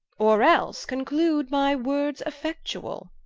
or else conclude my words effectuall